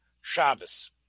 Shabbos